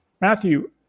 Matthew